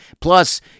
Plus